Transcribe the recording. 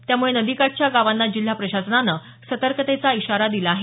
त्यामुळे नदीकाठच्या गावांना जिल्हा प्रशासनाने सतर्कतेचा इशारा दिला आहे